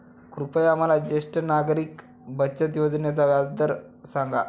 कृपया मला ज्येष्ठ नागरिक बचत योजनेचा व्याजदर सांगा